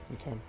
Okay